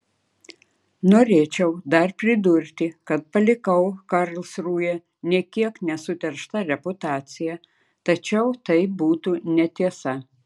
norėčiau dar pridurti kad palikau karlsrūhę nė kiek nesuteršta reputacija tačiau tai būtų netiesa